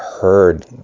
heard